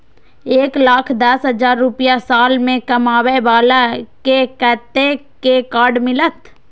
एक लाख दस हजार रुपया साल में कमाबै बाला के कतेक के कार्ड मिलत?